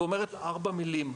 ואומרת ארבע מילים: